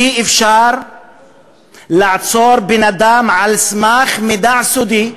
אי-אפשר לעצור בן-אדם על סמך מידע סודי,